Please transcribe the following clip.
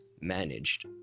Managed